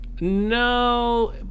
No